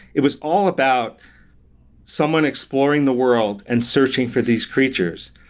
it was all about someone exploring the world and searching for these creatures.